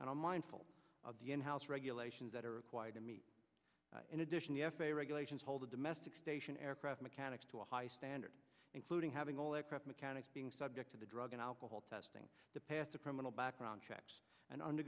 and i'm mindful of the in house regulations that are required to meet in addition the f a a regulations hold the domestic station aircraft mechanics to a high standard including having all aircraft mechanics being subject to the drug and alcohol testing to pass a criminal background checks and under